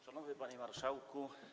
Szanowny Panie Marszałku!